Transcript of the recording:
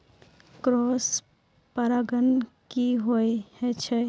Cross परागण की होय छै?